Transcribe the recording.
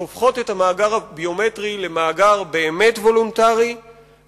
שהופכות את המאגר הביומטרי למאגר באמת וולונטרי,